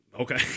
okay